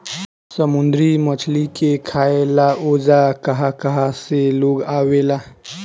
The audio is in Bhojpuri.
समुंद्री मछली के खाए ला ओजा कहा कहा से लोग आवेला